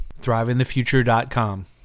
Thriveinthefuture.com